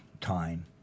time